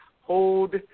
hold